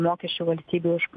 mokesčių valstybei už